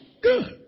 Good